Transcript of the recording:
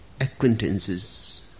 acquaintances